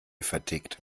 vertickt